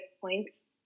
points